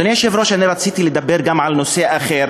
אדוני היושב-ראש, אני רציתי לדבר גם על נושא אחר.